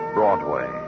Broadway